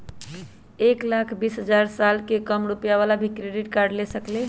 एक लाख बीस हजार के साल कम रुपयावाला भी क्रेडिट कार्ड ले सकली ह?